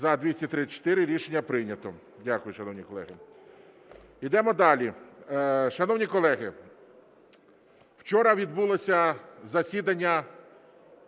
За-234 Рішення прийнято. Дякую, шановні колеги. Ідемо далі. Шановні колеги, вчора відбулося засідання